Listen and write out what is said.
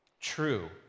true